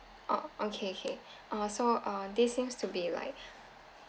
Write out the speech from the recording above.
oh okay okay uh so uh this seems to be like